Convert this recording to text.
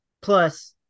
Plus